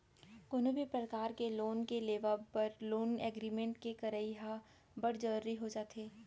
कोनो भी परकार के लोन के लेवब बर लोन एग्रीमेंट के करई ह बड़ जरुरी हो जाथे